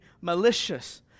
malicious